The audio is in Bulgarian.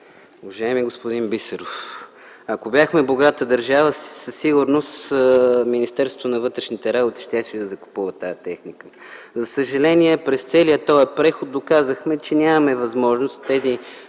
Уважаеми господин Бисеров, ако бяхме богата държава, със сигурност Министерството на вътрешните работи щеше да закупува тази техника. За съжаление през целия този преход доказахме, че нямаме възможност тези